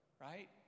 right